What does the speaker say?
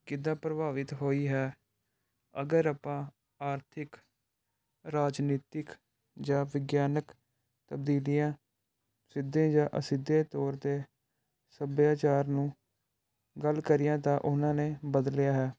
ਕਿੱਦਾਂ ਪ੍ਰਭਾਵਿਤ ਹੋਈ ਹੈ ਅਗਰ ਆਪਾਂ ਆਰਥਿਕ ਰਾਜਨੀਤਿਕ ਜਾਂ ਵਿਗਿਆਨਿਕ ਤਬਦੀਲੀਆਂ ਸਿੱਧੇ ਜਾਂ ਅਸਿੱਧੇ ਤੌਰ 'ਤੇ ਸੱਭਿਆਚਾਰ ਨੂੰ ਗੱਲ ਕਰੀਏ ਤਾਂ ਉਹਨਾਂ ਨੇ ਬਦਲਿਆ ਹੈ